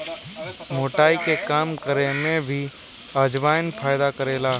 मोटाई के कम करे में भी अजवाईन फायदा करेला